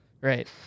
Right